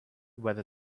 whether